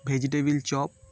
vegetable chop